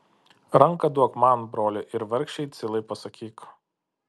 ranką duok man broli ir vargšei cilai pasakyk